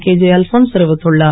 K J Alphons தெரிவித்துள்ளார்